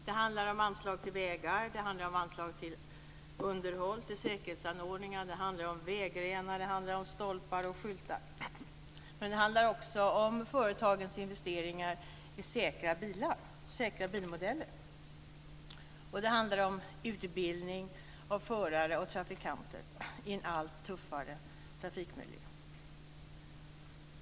Det gäller anslag till vägar och anslag till underhåll och säkerhetsanordningar, det handlar om vägrenar, stolpar och skyltar. Det handlar också om företagens investeringar i säkra bilmodeller, om utbildning av förare och trafikanter i en allt tuffare trafikmiljö.